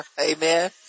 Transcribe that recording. Amen